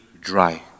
dry